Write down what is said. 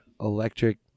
electric